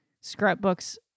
scrapbooks